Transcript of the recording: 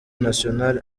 national